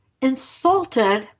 insulted